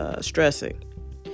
stressing